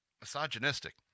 Misogynistic